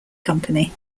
company